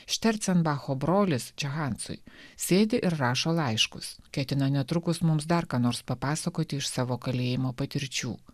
štercembacho brolis čia hansui sėdi ir rašo laiškus ketina netrukus mums dar ką nors papasakoti iš savo kalėjimo patirčių